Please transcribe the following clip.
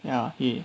ya he